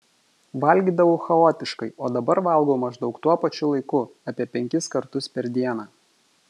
valgydavau chaotiškai o dabar valgau maždaug tuo pačiu laiku apie penkis kartus per dieną